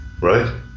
right